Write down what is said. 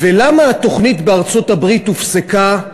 ולמה התוכנית בארצות-הברית הופסקה,